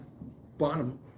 bottom